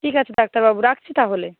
ঠিক আছে ডাক্তারবাবু রাখছি তাহলে